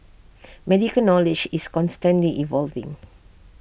medical knowledge is constantly evolving